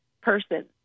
person